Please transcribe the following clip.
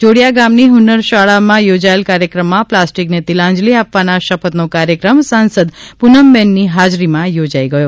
જોડીયા ગામની ફન્નર શાળામાં યોજાયેલા કાર્યક્રમમાં પ્લાસ્ટીકને તિલાંજલી આપવાના શપથનો કાર્યક્રમ સાંસદ પુનમબેનની હાજરીમાં યોજાઈ ગયો